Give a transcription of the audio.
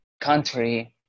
country